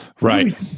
Right